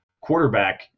quarterback